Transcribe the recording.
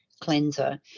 cleanser